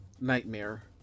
nightmare